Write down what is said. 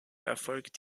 erfolgt